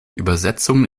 übersetzungen